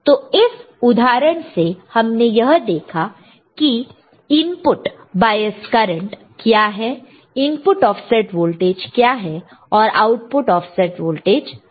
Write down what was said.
तो इस उदाहरण से हमने यह देखा कि इनपुट बायस करंट क्या है इनपुट ऑफसेट वोल्टेज क्या है और आउटपुट ऑफसेट वोल्टेज क्या है